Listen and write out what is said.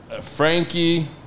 frankie